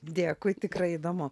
dėkui tikrai įdomu